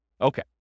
Okay